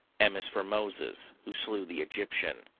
m is for moses, who slew the egyptian.